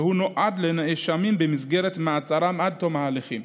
והוא נועד לנאשמים במסגרת מעצרם עד תום ההליכים.